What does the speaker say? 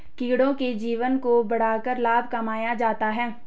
कीड़ों के जीवन को बढ़ाकर लाभ कमाया जाता है